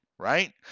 Right